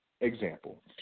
example